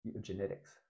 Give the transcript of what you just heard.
Genetics